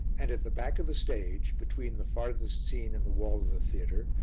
and at the back of the stage, between the farthest scene and the wall of the theatre,